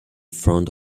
front